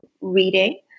reading